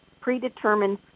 predetermined